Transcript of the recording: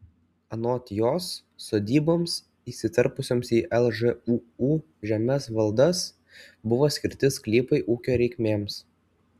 anot jos sodyboms įsiterpusioms į lžūu žemės valdas buvo skirti sklypai ūkio reikmėms